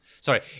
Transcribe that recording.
Sorry